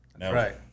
Right